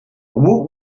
woot